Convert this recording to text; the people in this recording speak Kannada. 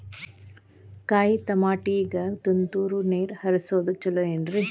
ಕಾಯಿತಮಾಟಿಗ ತುಂತುರ್ ನೇರ್ ಹರಿಸೋದು ಛಲೋ ಏನ್ರಿ?